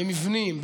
במבנים,